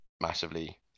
massively